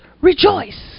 rejoice